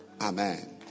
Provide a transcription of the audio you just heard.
Amen